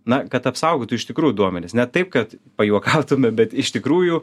na kad apsaugotų iš tikrųjų duomenis ne taip kad pajuokautume bet iš tikrųjų